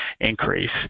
increase